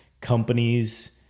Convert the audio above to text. companies